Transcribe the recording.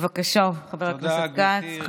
בבקשה, חבר הכנסת כץ.